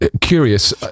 curious